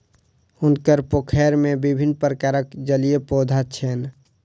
हुनकर पोखैर में विभिन्न प्रकारक जलीय पौधा छैन